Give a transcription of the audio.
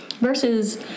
versus